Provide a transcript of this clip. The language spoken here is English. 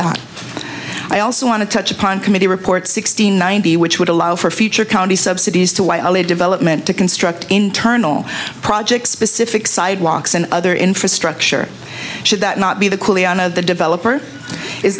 that i also want to touch upon committee report sixteen ninety which would allow for future county subsidies to while a development to construct internal projects specific sidewalks and other infrastructure should that not be the the developer is